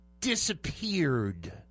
disappeared